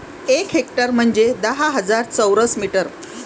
एक हेक्टर म्हंजे दहा हजार चौरस मीटर